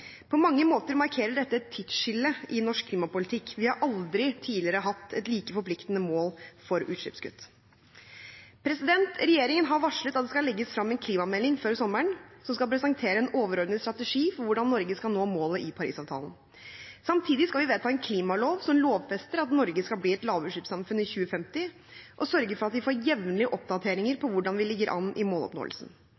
På mange måter markerer dette et tidsskille i norsk klimapolitikk. Vi har aldri tidligere hatt et like forpliktende mål for utslippskutt. Regjeringen har varslet at det skal legges frem en klimamelding før sommeren, som skal presentere en overordnet strategi for hvordan Norge skal nå målet i Paris-avtalen. Samtidig skal vi vedta en klimalov som lovfester at Norge skal bli et lavutslippssamfunn i 2050, og sørge for at vi får jevnlige oppdateringer